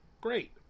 Great